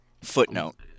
footnote